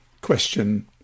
Question